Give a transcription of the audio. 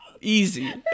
Easy